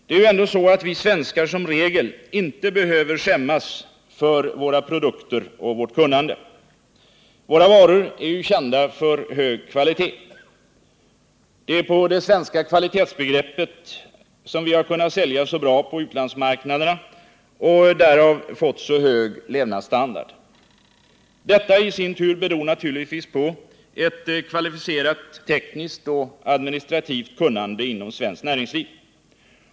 Det är ändå så, att vi svenskar som regel inte behöver skämmas för våra produkter och vårt kunnande. Våra varor är ju kända för hög kvalitet. Det är på det svenska kvalitetsbegreppet vi har kunnat sälja så bra på utlandsmarknaderna och därmed fått så hög levnadsstandard. Detta i sin tur beror naturligtvis på ett kvalificerat tekniskt och administrativt kunnande inom svenskt näringsliv.